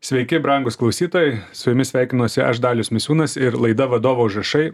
sveiki brangūs klausytojai su jumis sveikinuosi aš dalius misiūnas ir laida vadovo užrašai